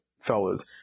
fellas